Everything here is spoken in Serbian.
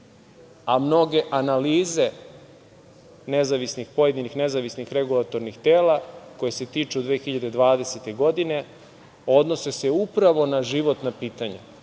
a mnoge analize pojedinih nezavisnih regulatornih tela, koje se tiču 2020. godine odnose se upravo na životna pitanja,